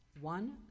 One